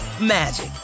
magic